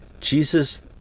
Jesus